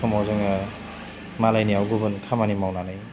समाव जोङो मालायनियाव गुबुन खामानि मावनानै